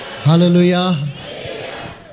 Hallelujah